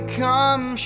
come